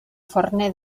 forner